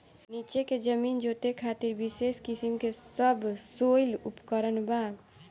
नीचे के जमीन जोते खातिर विशेष किसिम के सबसॉइल उपकरण बा